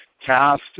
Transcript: cast